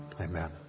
amen